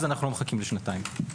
אז לא מחכים שנתיים.